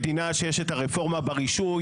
החירום,